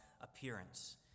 appearance